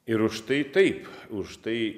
ir už tai taip už tai